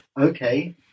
Okay